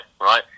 right